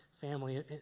family